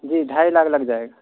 جی ڈھائی لاکھ لگ جائے گا